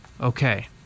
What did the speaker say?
Okay